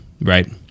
right